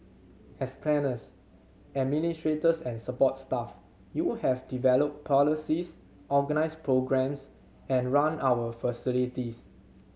as planners administrators and support staff you have developed policies organised programmes and run our facilities